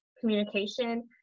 communication